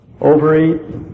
overeat